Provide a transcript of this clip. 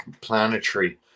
planetary